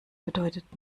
bedeutet